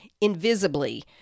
invisibly